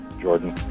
Jordan